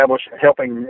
helping